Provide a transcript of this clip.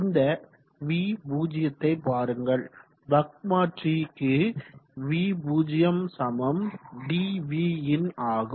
இந்த v0 யை பாருங்கள் பக் மாற்றிக்கு v0 dvin ஆகும்